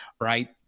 right